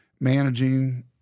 managing –